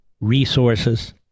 resources